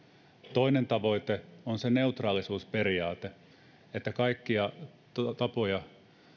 toinen tavoite on se neutraalisuusperiaate että kaikkia tapoja